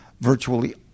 virtually